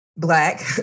Black